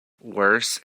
worse